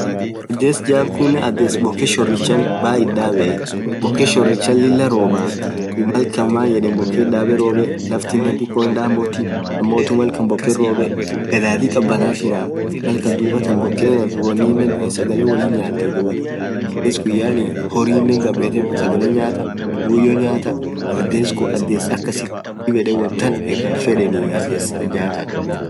adhes jaaa khunen adhes bokeee shorichaa bayaa itdhabe bokke shorichathi Lilah robaa dhub malkan mayedhen bokee itdhabe robee laftinen dikko hindamotiii ammothu malkan bokeen robee gadhadhi khabanna jiraah malkan dhubathaan bokeaf woninen saghalenen walinyathi dhuathan iskhun yaani horinen ghabethee saghalee nyathaa buyoo nyathaaa adhes khun adhes akasithii dhib yed wontan irafedheni adhes akhana